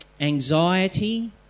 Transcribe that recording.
anxiety